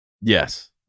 Yes